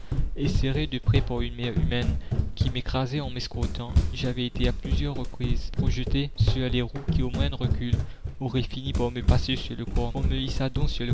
et serré de près par une mer humaine qui m'écrasait en m'escortant j'avais été à plusieurs reprises projeté sur les roues qui au moindre recul auraient fini par me passer sur le